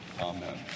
Amen